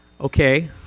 Okay